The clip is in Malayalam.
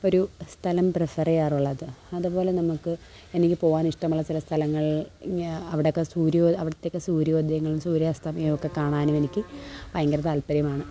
ഒരു സ്ഥലം പ്രിഫറ് ചെയ്യാറുള്ളത് അതുപോലെ നമുക്ക് എനിക്ക് പോവാൻ ഇഷ്ടമുള്ള ചില സ്ഥലങ്ങൾ അവിടെയൊക്കെ സൂര്യോദയം അവിടുത്തെയൊക്കെ സൂര്യോദയങ്ങൾ സൂര്യാസ്തമയമൊക്കെ കാണാനും എനിക്ക് ഭയങ്കര താൽപ്പര്യമാണ്